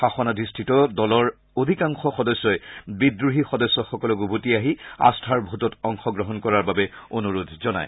শাসনাধিস্থিত দলৰ অধিকাংশ সদস্যই বিদ্ৰোহী সদস্যসকলক উভতি আহি আস্থাৰ ভোটত অংশগ্ৰহণ কৰাৰ বাবে অনুৰোধ জনায়